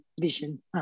vision